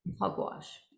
hogwash